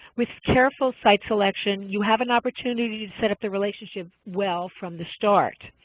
with careful site selection, you have an opportunity to set up the relationship well from the start.